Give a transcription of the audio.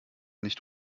nicht